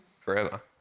forever